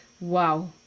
Wow